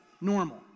normal